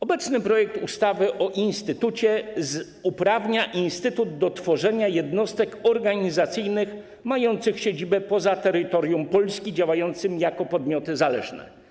Obecny projekt ustawy uprawnia instytut do tworzenia jednostek organizacyjnych mających siedzibę poza terytorium Polski, działających jako podmioty zależne.